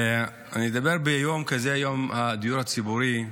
לדבר ביום כזה, יום הדיבור הציבורי,